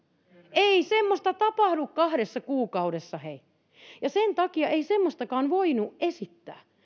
ei semmoista tapahdu kahdessa kuukaudessa hei ja sen takia ei semmoistakaan voinut esittää